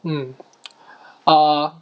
mm err